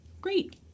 Great